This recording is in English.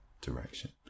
direction